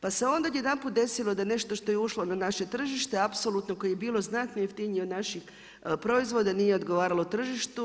Pa se onda odjedanputa desilo da nešto što je ušlo na naše tržište apsolutno kad je bilo znatno jeftinije od naših proizvoda nije odgovaralo tržištu.